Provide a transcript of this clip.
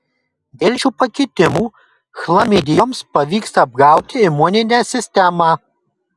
dėl šių pakitimų chlamidijoms pavyksta apgauti imuninę sistemą